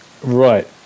Right